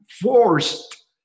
forced